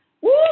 Woo